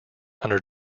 under